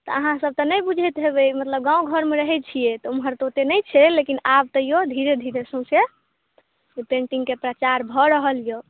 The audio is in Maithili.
तऽ अहाँ सभ तव नहि बुझैत हेबै गाँव घरमे रहै छियै तऽ उम्हर तऽ ओते नहि छै लेकिन आब तैयो धीरे धीरे जे छै से पेन्टिंग केँ प्रचार भऽ रहल यऽ